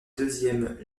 deuxièmes